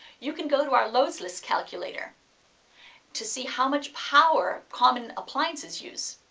you can go to our loads list calculator to see how much power common appliances use,